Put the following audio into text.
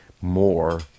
more